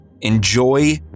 Enjoy